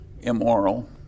Immoral